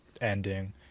ending